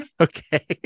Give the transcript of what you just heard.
Okay